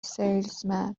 salesman